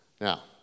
Now